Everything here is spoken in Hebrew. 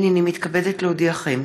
הינני מתכבדת להודיעכם,